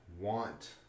want